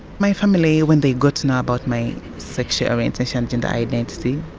my family, when they got to know about my sexual orientation, gender identity,